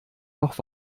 noch